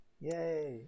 Yay